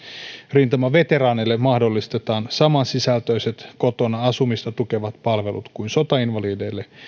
rintamaveteraaneille mahdollistetaan samansisältöiset kotona asumista tukevat palvelut kuin sotainvalideille